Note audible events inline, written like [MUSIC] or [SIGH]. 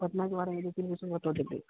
पटना के बारे में दो तीन गो [UNINTELLIGIBLE] बता देते